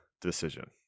decision